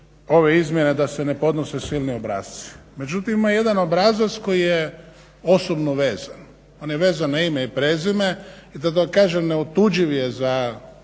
ove izmjene da se ne podnose silni obrasci, međutim ima jedan obrazac koji je osobno vezan, on je vezan na ime i prezime i da vam kažem neotuđiv je za